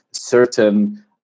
certain